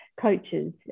coaches